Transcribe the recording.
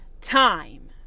time